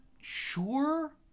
sure